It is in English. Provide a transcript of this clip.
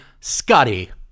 Scotty